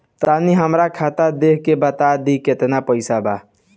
तनी हमर खतबा देख के बता दी की केतना पैसा बा?